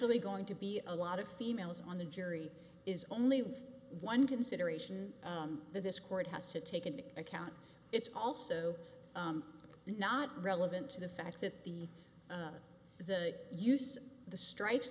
bly going to be a lot of females on the jury is only one consideration that this court has to take into account it's also not relevant to the fact that the the use the strikes